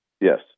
yes